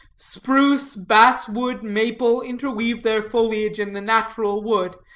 spruce, bass-wood, maple, interweave their foliage in the natural wood,